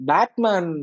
Batman